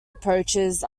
approaches